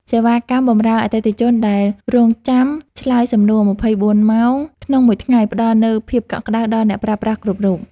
សេវាកម្មបម្រើអតិថិជនដែលរង់ចាំឆ្លើយសំណួរម្ភៃបួនម៉ោងក្នុងមួយថ្ងៃផ្ដល់នូវភាពកក់ក្ដៅដល់អ្នកប្រើប្រាស់គ្រប់រូប។